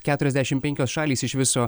keturiasdešim penkios šalys iš viso